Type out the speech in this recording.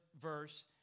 verse